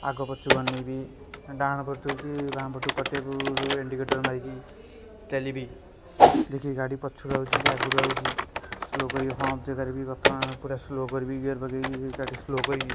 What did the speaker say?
ଆଗ ପଛକୁ ଅନେଇବି ଡାହାଣପଟରୁ ବାମପଟକୁ କାଟିବାକୁ ଇଣ୍ଡିକେଟର ମାରିବି ତେଲ ବି ଦେଖିବି ଗାଡ଼ିପଛରୁ ଆଉଛି କି ଆଗରୁ ଆଉଛି ସ୍ଲୋ କରିବି ହମ୍ପସ ଇଏ କରିବି ତା'ପରେ ସ୍ଲୋ କରିବି ଗିଅର ପକେଇବି ଗାଡ଼ି ସ୍ଲୋ କରିବି